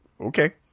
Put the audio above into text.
okay